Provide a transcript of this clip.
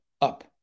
up